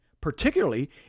particularly